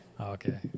Okay